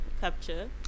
capture